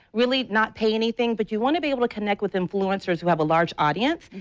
really not pay anything, but you want to be able to connect with influencers who have a large audience.